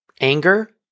anger